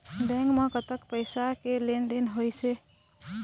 Bank म कतक पैसा के लेन देन होइस हे?